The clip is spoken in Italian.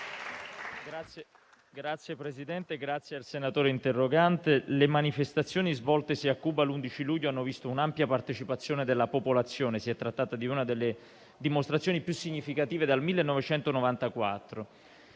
senatori, ringrazio il senatore interrogante. Le manifestazioni svoltesi sia Cuba l'11 luglio scorso hanno visto un'ampia partecipazione della popolazione. Si è trattato di una delle dimostrazioni più significative dal 1994